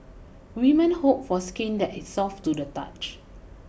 women hope for skin that is soft to the touch